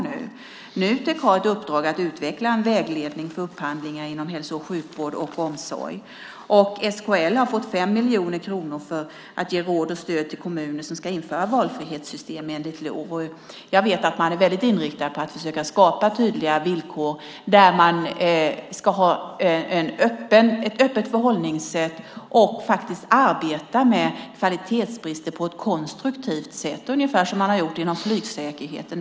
Nutek har i uppdrag att utveckla en vägledning för upphandlingar inom hälso och sjukvård och omsorg. SKL har fått 5 miljoner kronor för att ge råd och stöd till kommuner som ska införa valfrihetssystem enligt LOV. Jag vet att man är väldigt inriktad på att försöka skapa tydliga villkor där man ska ha ett öppet förhållningssätt och arbeta med kvalitetsbrister på ett konstruktivt sätt, ungefär som man har gjort inom flygsäkerheten.